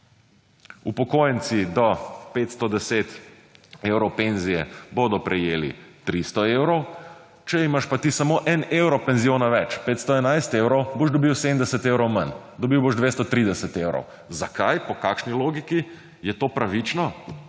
Upokojenci do 510 evrov penzije bodo prejeli 300 evrov, če imaš pa ti samo 1 evro penziona več, 511 evrov, boš dobil 70 evrov manj, dobil boš 230 evrov. Zakaj, po kakšni logiki? Je to pravično,